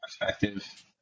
perspective